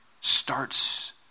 starts